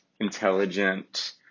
intelligent